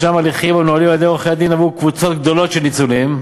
ישנם הליכים המנוהלים על-ידי עורכי-הדין עבור קבוצות גדולות של ניצולים,